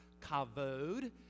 kavod